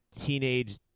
teenage